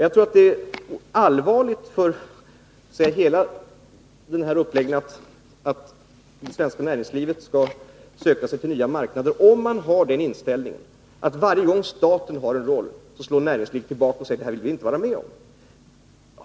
Jag tror att det är allvarligt för hela uppläggningen, att det svenska näringslivet skall söka sig till nya marknader, om man har den inställningen att varje gång staten spelar en roll så slår näringslivet bakut och säger: Det här vill vi inte vara med om.